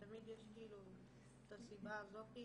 ותמיד יש את הסיבה הזאת,